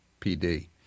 PD